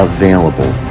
Available